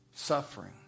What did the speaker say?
suffering